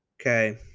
Okay